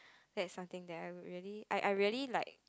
that's something that I would really I I really like